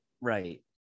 right